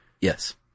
Yes